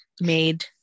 made